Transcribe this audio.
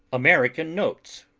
american notes,